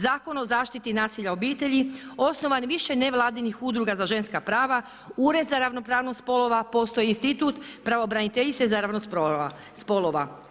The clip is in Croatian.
Zakon o zaštiti nasilja u obitelji, osnovan više nevladinih udruga za ženska prava, Ured za ravnopravnost spolova, postoji institut pravobraniteljice za ravnopravnost spolova.